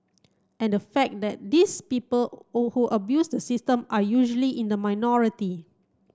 and the fact that these people abuse the system are usually in the minority